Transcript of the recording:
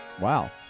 Wow